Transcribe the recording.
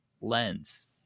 lens